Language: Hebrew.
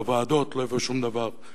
והוועדות לא הביאו שום דבר.